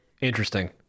Interesting